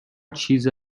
چیز